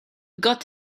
got